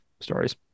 stories